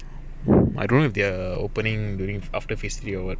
I don't know if they're opening during after phase three or what